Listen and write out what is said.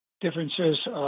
differences